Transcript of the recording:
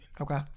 Okay